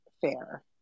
fair